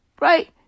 Right